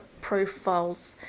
profiles